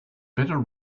better